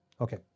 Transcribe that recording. Okay